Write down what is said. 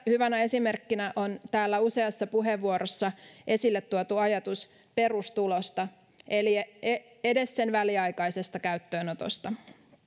hyvänä esimerkkinä on täällä useassa puheenvuorossa esille tuotu ajatus perustulosta edes sen väliaikaisesta käyttöönotosta